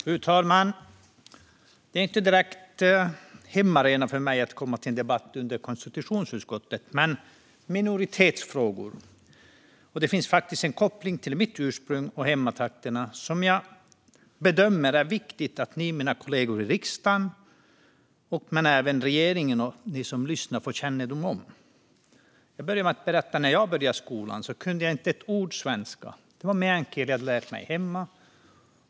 Fru talman! Det är inte direkt hemmaarena för mig att komma till en debatt som hör till konstitutionsutskottet och som handlar om minoritetsfrågor, men det finns faktiskt en koppling till mitt ursprung och mina hemtrakter som jag bedömer att det är viktigt att ni, mina kollegor i riksdagen, men även regeringen och de som lyssnar får kännedom om. Jag kan börja med att berätta att när jag började i skolan kunde jag inte ett ord svenska, utan det var meänkieli som jag hade lärt mig hemma.